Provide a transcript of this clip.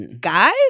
guys